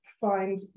find